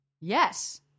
Yes